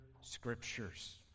scriptures